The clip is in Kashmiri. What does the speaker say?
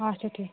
اَچھا ٹھیٖک